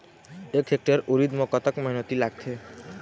एक हेक्टेयर उरीद म कतक मेहनती लागथे?